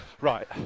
Right